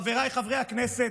חבריי חברי הכנסת,